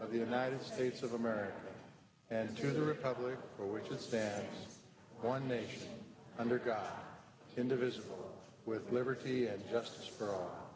e the united states of america to the republic for which a sad one nation under god indivisible with liberty and justice for